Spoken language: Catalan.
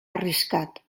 arriscat